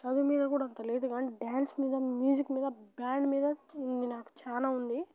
చదువు మీద కూడా అంత లేదు కానీ డ్యాన్స్ మీద మ్యూజిక్ మీద బ్యాండ్ మీద నాకు చాల ఉంది